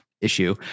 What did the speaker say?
issue